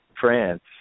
France